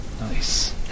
Nice